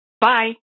Bye